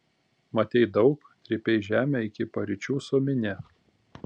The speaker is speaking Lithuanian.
matei daug trypei žemę iki paryčių su minia